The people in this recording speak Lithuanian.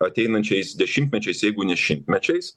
ateinančiais dešimtmečiais jeigu ne šimtmečiais